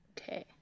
Okay